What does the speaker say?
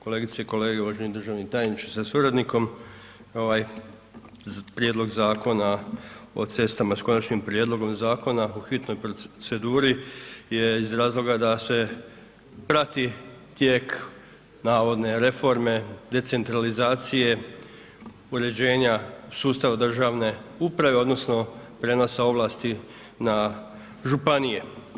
Kolegice i kolege, uvaženi državni tajniče sa suradnikom, ovaj prijedlog Zakona o cestama s konačnim prijedlogom zakona po hitnoj proceduri je iz razloga da se prati tijek navodne reforme decentralizacije, uređenja sustava državne odnosa prenosa ovlasti na županije.